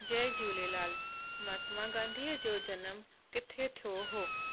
जय झूलेलाल महात्मा गांधी जो जनमु किथे थियो हुओ